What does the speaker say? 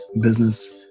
business